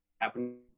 happen